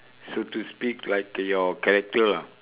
so to speak like your character ah